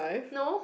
no